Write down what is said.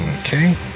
Okay